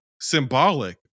Symbolic